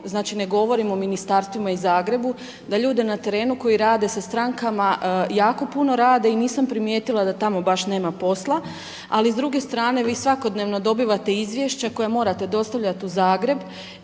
znači, ne govorim o Ministarstvima i Zagrebu, da ljude na terenu koji rade sa strankama, jako puno rade i nisam primijetila da tamo baš nema posla, ali s druge strane, vi svakodnevno dobivate izvješća koja morate dostavljati u Zagreb